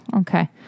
okay